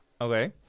Okay